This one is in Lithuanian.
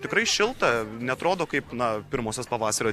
tikrai šilta neatrodo kaip nuo pirmosios pavasario